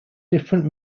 different